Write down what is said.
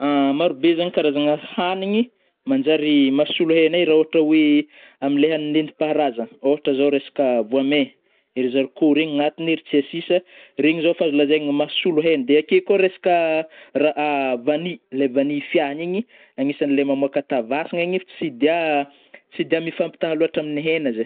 Maro zagny karazagna hanigny manjary masolo hena i, ra ôhatra oe amin le hanigny nentim-paharazagna, ôhatra zao resaka voamai, iry zarikô regny agnatiny, ery tsiasisa, regny zao azo lazaigny mahasolo hena, de ake koa resaka raha vany, le any fiahagna igny, agnisany le mamôka tavasagna igny ef tsy dia-tsy dia- mifampitaha loatra amin'ny hena ze.